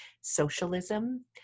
socialism